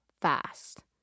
Fast